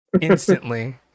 Instantly